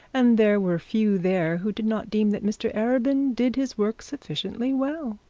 and there were few there who did not deem that mr arabin did his work sufficiently well,